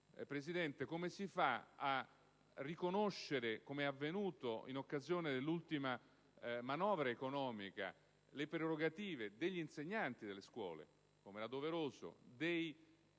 Presidente, come si fa a riconoscere - come è avvenuto in occasione dell'ultima manovra economica - le prerogative degli insegnanti (come era doveroso), dei poliziotti